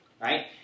right